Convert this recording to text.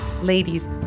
Ladies